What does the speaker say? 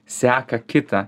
seka kitą